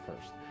first